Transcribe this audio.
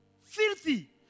filthy